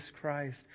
Christ